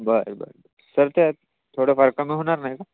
बरं बरं सर त्यात थोडंफार कमी होणार नाही का